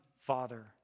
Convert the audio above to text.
Father